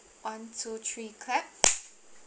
one two three clap